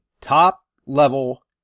top-level